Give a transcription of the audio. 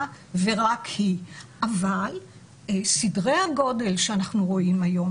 ורק היא אבל סדרי הגודל שאנחנו רואים היום,